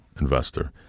investor